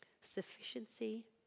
Sufficiency